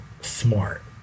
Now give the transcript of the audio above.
smart